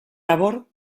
labor